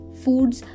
foods